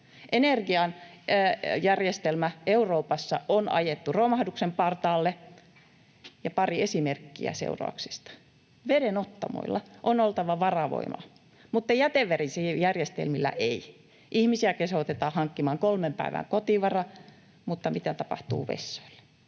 Energiajärjestelmä Euroopassa on ajettu romahduksen partaalle, ja pari esimerkkiä seurauksista: Vedenottamoilla on oltava varavoimala mutta jätevesijärjestelmillä ei. Ihmisiä kehotetaan hankkimaan kolmen päivän kotivara, mutta mitä tapahtuu vessoille?